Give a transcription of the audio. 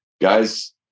guys